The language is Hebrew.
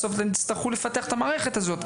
בסוף אתם תצטרכו לפתח את המערכת הזאת,